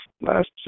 last